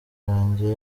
yanjye